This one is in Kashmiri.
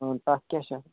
تَتھ کیٛاہ چھےٚ